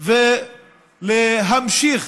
ולהמשיך